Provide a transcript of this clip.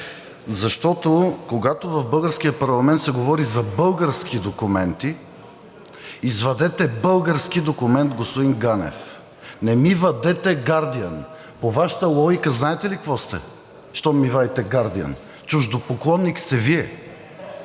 защото, когато в българския парламент се говори за български документи, извадете български документ, господин Ганев, не ми вадете „Гардиън”. По Вашата логика знаете ли какво сте, щом ми вадите „Гардиън”? Чуждопоклонник сте Вие.